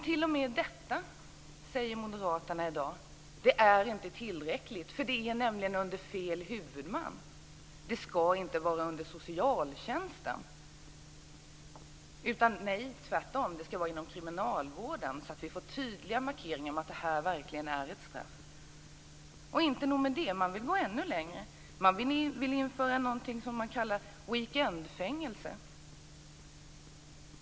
T.o.m. detta säger moderaterna är i dag inte tillräckligt, därför att det är under fel huvudman - det skall inte vara under socialtjänsten utan tvärtom inom kriminalvården, så att det blir en tydlig markering av att det verkligen är ett straff. Inte nog med det, utan man vill gå ännu längre och införa någonting som man kallar weekendfängelse.